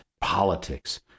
politics